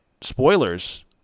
spoilers